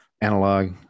analog